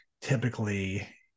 typically